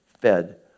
fed